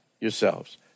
yourselves